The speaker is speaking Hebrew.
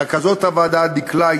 רכזות הוועדה דקלה,